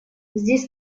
здесь